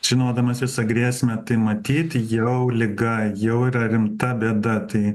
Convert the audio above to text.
žinodamas visą grėsmę tai matyt jau liga jau yra rimta bėda tai